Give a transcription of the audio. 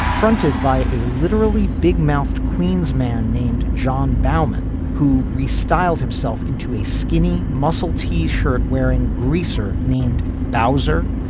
fronted by a literally big mouth queens man named john bauman who re styled himself into a skinny muscle t shirt wearing greaser named bowser.